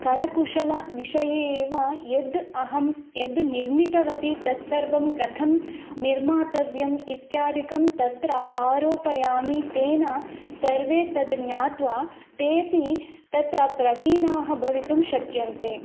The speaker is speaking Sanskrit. करकुशलविषये एव यद् अहं यद् निर्मितवती तद् सर्वं कथं निर्मितव्यम् इत्यादिकं तत्र आरोपयामि तेन सर्वे तद् ज्ञात्वा तेऽपि तत्र प्रवीणाः भवितुं शक्यन्ते